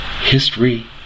history